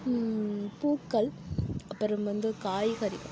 பூக்கள் அப்றம் வந்து காய்கறி